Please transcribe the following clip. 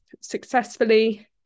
successfully